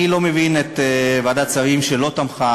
אני לא מבין את ועדת השרים שלא תמכה